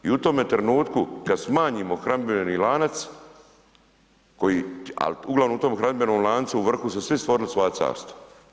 I u tome trenutku kada smanjimo hranidbeni lanac koji, ali uglavnom u tom hranidbenom lancu u vrhu su svi stvorili svoja carstva.